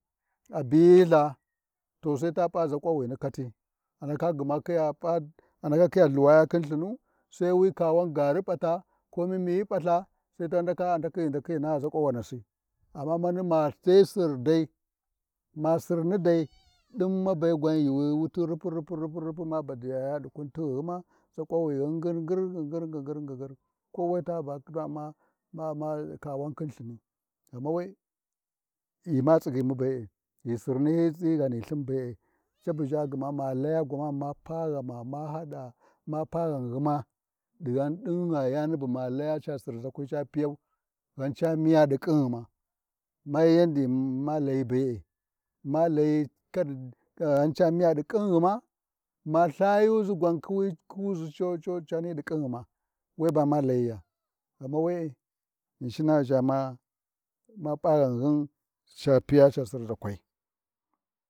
A biyi Ltha, ta sai ta p’a ʒakwawini kati, andaka gma khiya p’a, andaka khiya Lthuwayiya khin Lthunu, Sai wi kawan gaari P’ata, ko m’miyi P’altha, sai ta ndaka a ndakhi ghi nata ʒukuwanasi, amma wani ma dai Sirdaij ma Sirni dai, ɗin mabe yuuwi wuti rufu-rufu-rufu ma badiyaya ɗi kutighima kowini ngir ngir, ngigir ngigir, kowai ta ba ma-ma ma Umma kwana khin Lthini, ghamawai ghima tsigyimu be-e, ghi Sirni hyi ghani Lthin be-e cabu ʒha gwamana, ma laya ma pa ghame ma haɗa, ma pa ghanghuma, dighan ɗin ghi yani bu ma laya ca Sirʒakwai ca piyau, ghan ca miya ɗi kinghima, mani yadda ma layi be-e ma layi ghan ca miyaɗi kinghi ma, ma Lthayuʒi gwan kuwi kuwiʒi co co cani ɗi kinghima, ghamu we-e Ghinshina ʒha ma ma p’a ghanghin capiya ca Sirʒakwai.